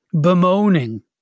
bemoaning